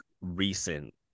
recent